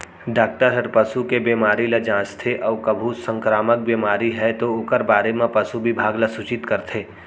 doctor हर पसू के बेमारी ल जांचथे अउ कभू संकरामक बेमारी हे तौ ओकर बारे म पसु बिभाग ल सूचित करथे